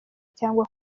cyangwa